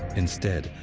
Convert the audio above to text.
instead,